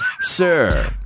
sir